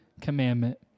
commandment